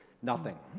nothing.